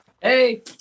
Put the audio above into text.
Hey